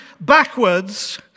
backwards